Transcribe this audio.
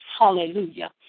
Hallelujah